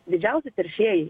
didžiausi teršėjai